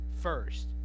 first